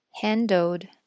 handled